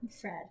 Fred